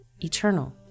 eternal